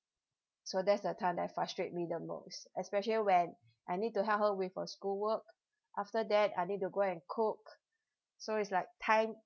so that's the time that frustrate me the most especially when I need to help her with her schoolwork after that I need to go and cook so it's like time